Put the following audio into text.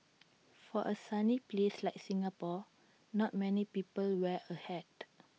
for A sunny place like Singapore not many people wear A hat